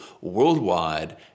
worldwide